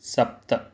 सप्त